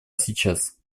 сейчас